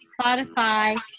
Spotify